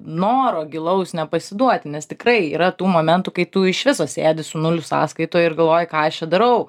noro gilaus nepasiduoti nes tikrai yra tų momentų kai tu iš viso sėdi su nuliu sąskaitoj ir galvoji ką aš čia darau